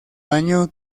año